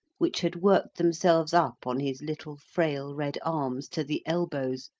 which had worked themselves up on his little frail red arms to the elbows,